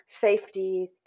safety